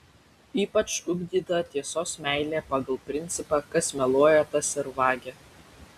ypač ugdyta tiesos meilė pagal principą kas meluoja tas ir vagia